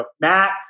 Matt